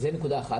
זו נקודה אחת.